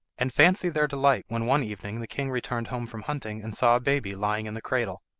and fancy their delight when one evening the king returned home from hunting and saw a baby lying in the cradle.